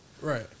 Right